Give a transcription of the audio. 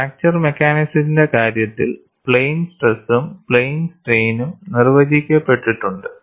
fracture മെക്കാനിക്സിന്റെ കാര്യത്തിൽ plane സ്ട്രെസ്സും പ്ലെയിൻ സ്ട്രെയിനും നിർവചിക്കപ്പെട്ടിട്ടുണ്ട്